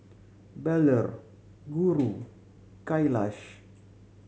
Bellur Guru Kailash